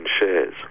shares